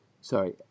Sorry